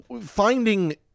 finding